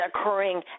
occurring